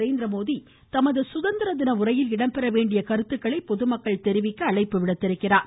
நரேந்திரமோடி தமது சுதந்திர தின உரையில் இடம்பெற வேண்டிய கருத்துக்களை பொதுமக்கள் தெரிவிக்க அழைப்பு விடுத்துள்ளார்